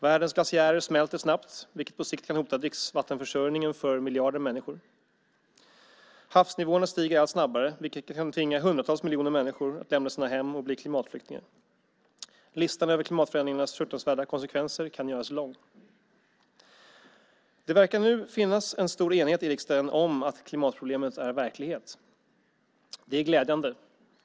Världens glaciärer smälter snabbt vilket på sikt kan hota dricksvattenförsörjningen för miljarder människor. Havsnivåerna stiger allt snabbare vilket kan tvinga hundratals miljoner människor att lämna sina hem och bli klimatflyktingar. Listan över klimatförändringarnas fruktansvärda konsekvenser kan göras lång. Det verkar nu finnas stor enighet i riksdagen om att klimatproblemet är verkligt, vilket är glädjande.